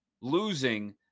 losing